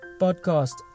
podcast